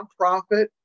nonprofit